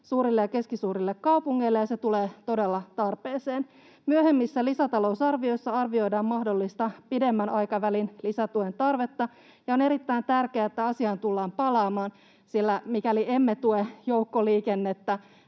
suurille ja keskisuurille kaupungeille, ja se tulee todella tarpeeseen. Myöhemmissä lisätalousarvioissa arvioidaan mahdollista pidemmän aikavälin lisätuen tarvetta, ja on erittäin tärkeää, että asiaan tullaan palaamaan, sillä mikäli emme tue joukkoliikennettä,